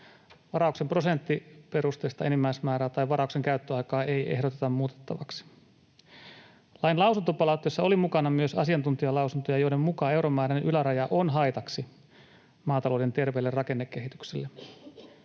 Varauksen prosenttiperusteista enimmäismäärää tai varauksen käyttöaikaa ei ehdoteta muutettavaksi. Lain lausuntopalautteessa oli mukana myös asiantuntijalausuntoja, joiden mukaan euromääräinen yläraja on haitaksi maatalouden terveelle rakennekehitykselle.